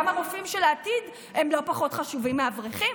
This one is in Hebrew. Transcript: גם הרופאים של העתיד הם לא פחות חשובים מאברכים.